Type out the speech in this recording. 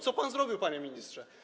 Co pan zrobił, panie ministrze?